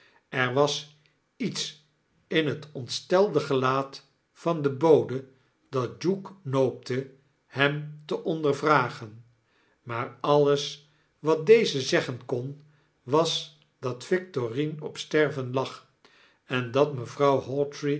er was iets in het ontstelae gelaat van den bode dat duke noopte hem te ondervragen maar alles wat deze zeggen ton was dat victorine op sterven lag en dat mevrouw